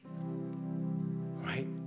Right